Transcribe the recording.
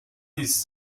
his